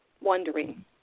wondering